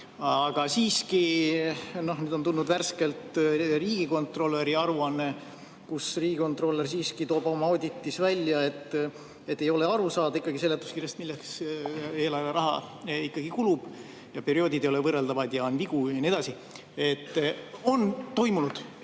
Aga siiski nüüd on tulnud värskelt riigikontrolöri aruanne ja riigikontrolör toob oma auditis välja, et ei ole aru saada ikkagi seletuskirjast, milleks eelarve raha kulub, perioodid ei ole võrreldavad ja on vigu ja nii edasi. On toimunud